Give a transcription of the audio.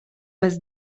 bez